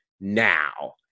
now